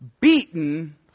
beaten